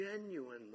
genuinely